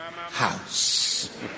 house